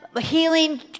healing